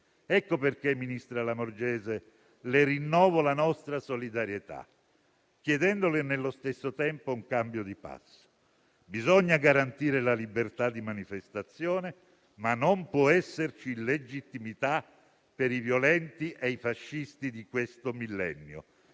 Per questo, ministra Lamorgese, le rinnovo la nostra solidarietà, chiedendole nello stesso tempo un cambio di passo. Bisogna garantire la libertà di manifestazione, ma non può esserci legittimità per i violenti e i fascisti di questo millennio.